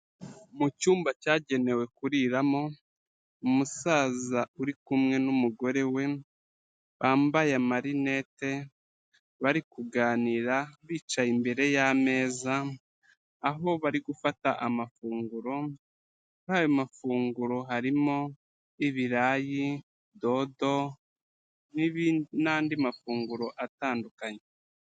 Mu cyumba cyagenewe kuriramo, umusaza uri kumwe n'umugore we, bambaye amarinette bari kuganira bicaye imbere y'ameza, aho bari gufata amafunguro, muri ayo mafunguro harimo ibirayi, dodo n'andi mafunguro atandukanye.